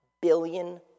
billion